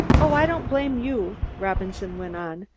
oh, i don't blame you, robinson went on,